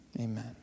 Amen